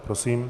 Prosím.